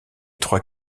trois